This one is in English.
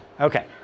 Okay